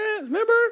remember